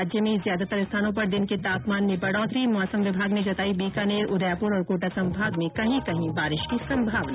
राज्य में ज्यादातर स्थानों पर दिन के तापमान में बढ़ोतरी मौसम विभाग ने जताई बीकानेर उदयपुर और कोटा संभाग में कहीं कहीं बारिश की संभावना